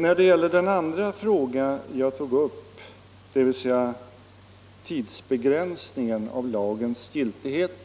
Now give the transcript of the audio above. När det gäller den andra frågan som jag tog upp — tidsbegränsningen av lagens giltighet,